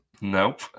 Nope